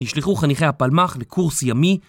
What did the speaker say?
נשלחו חניכי הפלמ״ח לקורס ימי